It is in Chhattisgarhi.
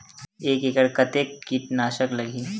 एक एकड़ कतेक किट नाशक लगही?